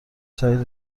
جدید